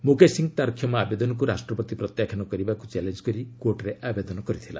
ମୁକେଶ ସିଂ ତା'ର କ୍ଷମା ଆବେଦନକୁ ରାଷ୍ଟ୍ରପତି ପ୍ରତ୍ୟାଖ୍ୟାନ କରିବାକୁ ଚାଲେଞ୍ଜ କରି କୋର୍ଟରେ ଆବେଦନ କରିଥିଲା